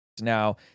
now